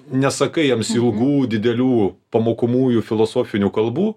nesakai jiems ilgų didelių pamokomųjų filosofinių kalbų